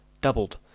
doubled